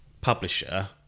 publisher